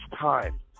time